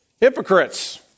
hypocrites